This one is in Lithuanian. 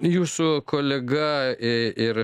jūsų kolega ė ir